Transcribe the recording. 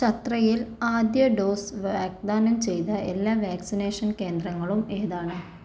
ഛത്രയിൽ ആദ്യ ഡോസ് വാഗ്ദാനം ചെയ്ത എല്ലാ വാക്സിനേഷൻ കേന്ദ്രങ്ങളും ഏതാണ്